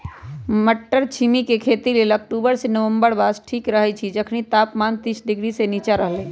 मट्टरछिमि के खेती लेल अक्टूबर से नवंबर मास ठीक रहैछइ जखनी तापमान तीस डिग्री से नीचा रहलइ